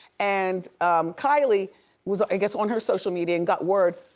and kylie was i guess on her social media and got word,